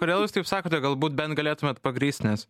kodėl jūs taip sakote galbūt bent galėtumėt pagrįst nes